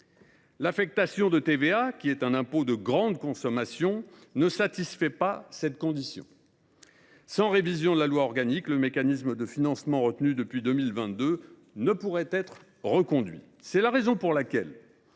d’une part de TVA, qui est un impôt de grande consommation, ne satisfait pas cette condition. Sans révision de la loi organique, le mécanisme de financement retenu depuis 2022 ne pourrait être reconduit. C’est la raison pour laquelle